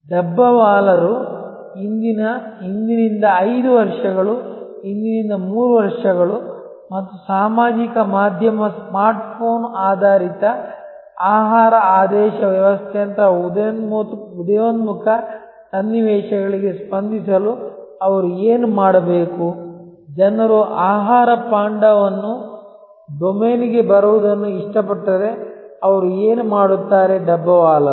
ಡಬ್ಬಾವಾಲರು ಇಂದಿನಿಂದ 5 ವರ್ಷಗಳು ಇಂದಿನಿಂದ 3 ವರ್ಷಗಳು ಮತ್ತು ಸಾಮಾಜಿಕ ಮಾಧ್ಯಮ ಸ್ಮಾರ್ಟ್ಫೋನ್ ಆಧಾರಿತ ಆಹಾರ ಆದೇಶ ವ್ಯವಸ್ಥೆಯಂತಹ ಉದಯೋನ್ಮುಖ ಸನ್ನಿವೇಶಗಳಿಗೆ ಸ್ಪಂದಿಸಲು ಅವರು ಏನು ಮಾಡಬೇಕು ಜನರು ಆಹಾರ ಪಾಂಡಾವನ್ನು ಡೊಮೇನ್ಗೆ ಬರುವುದನ್ನು ಇಷ್ಟಪಟ್ಟರೆ ಅವರು ಏನು ಮಾಡುತ್ತಾರೆ ದಬ್ಬಾವಾಲರ